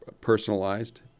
Personalized